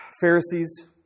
Pharisees